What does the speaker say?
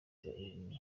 zerekeza